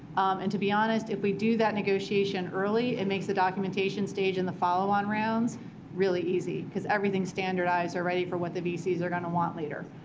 and to be honest, if we do that negotiation early, it makes the documentation stage in the follow-on rounds really easy, because everything's standardized already for what the vcs are going to want later.